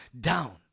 down